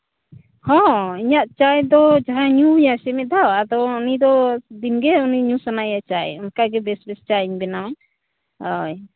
ᱦᱳᱭ ᱤᱧᱟᱹᱜ ᱪᱟᱭ ᱫᱚ ᱡᱟᱦᱟᱸᱭ ᱧᱩᱭᱟ ᱥᱮ ᱢᱤᱫ ᱫᱷᱟᱣ ᱩᱱᱤ ᱫᱚ ᱫᱤᱱ ᱜᱮ ᱩᱱᱤ ᱧᱩ ᱥᱟᱱᱟᱭᱟ ᱪᱟᱭ ᱚᱱᱠᱟᱜᱮ ᱵᱮᱥ ᱵᱮᱥ ᱪᱟᱧ ᱵᱮᱱᱟᱣᱟ ᱦᱳᱭ